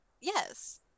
Yes